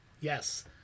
Yes